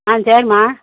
ஆ சரிம்மா